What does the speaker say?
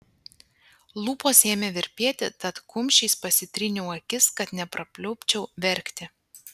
lūpos ėmė virpėti tad kumščiais pasitryniau akis kad neprapliupčiau verkti